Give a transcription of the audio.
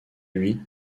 lui